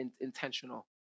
intentional